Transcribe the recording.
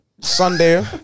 Sunday